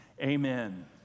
amen